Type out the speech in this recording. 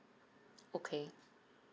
okay